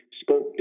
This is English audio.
spoke